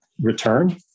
return